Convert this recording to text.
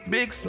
Big